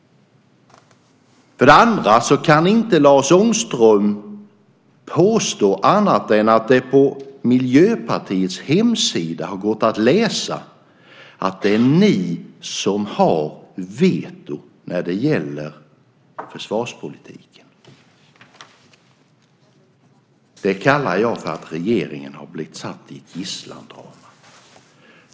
För det andra kan inte Lars Ångström påstå annat än att det på Miljöpartiets hemsida har gått att läsa att det är ni som har veto när det gäller försvarspolitiken. Det kallar jag för att regeringen har blivit satt i ett gisslandrama.